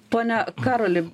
pone karoli